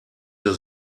der